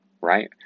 right